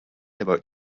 about